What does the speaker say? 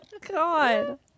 God